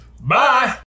bye